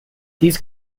these